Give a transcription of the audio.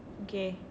okay